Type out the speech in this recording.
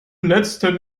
letzten